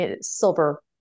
silver